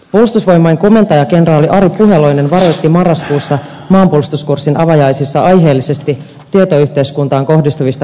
puolustusvoimain komentaja kenraali ari puheloinen varoitti marraskuussa maanpuolustuskurssin avajaisissa aiheellisesti tietoyhteiskuntaan kohdistuvista kyberuhkista